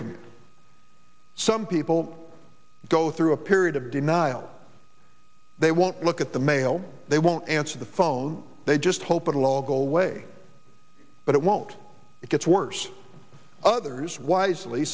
it some people go through a period of denial they won't look at the mail they won't answer the phone they just hope it'll all go away but it won't it gets worse others wisely